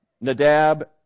Nadab